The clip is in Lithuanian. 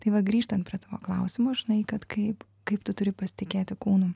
tai va grįžtant prie to klausimo žinai kad kaip kaip tu turi pasitikėti kūnu